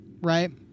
right